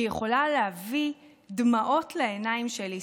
שהיא יכולה להביא דמעות לעיניים שלי,